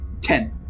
Ten